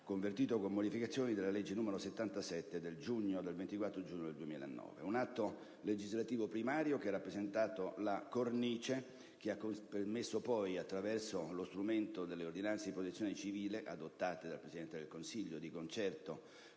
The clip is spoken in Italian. convertito con modificazioni nella legge 24 giugno 2009, n. 77. Tale atto legislativo primario ha rappresentato la cornice che ha permesso, poi, attraverso lo strumento delle ordinanze di Protezione civile, adottate dal Presidente del Consiglio di concerto